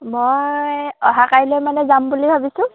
মই অহা কাইলৈ মানে যাম বুলি ভাবিছোঁ